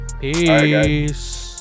peace